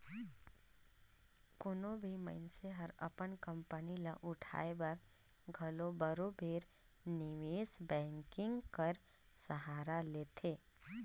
कोनो भी मइनसे हर अपन कंपनी ल उठाए बर घलो बरोबेर निवेस बैंकिंग कर सहारा लेथे